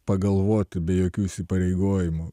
pagalvoti be jokių įsipareigojimų